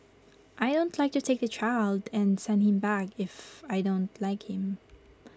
I don't like to take the child and send him back if I don't like him